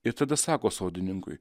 ir tada sako sodininkui